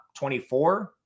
24